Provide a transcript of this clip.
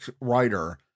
writer